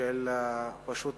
של פשוט